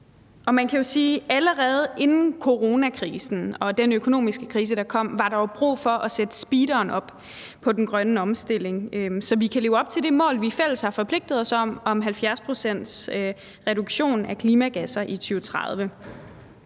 Man kan jo sige, at allerede inden coronakrisen og den økonomiske krise, der kom, var der brug for at speede op på den grønne omstilling, så vi kan leve op til det mål, vi fælles har forpligtet os til, om 70 pct.s reduktion af klimagasser i 2030.